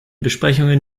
besprechungen